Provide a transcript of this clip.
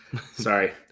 sorry